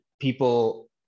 people